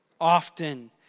Often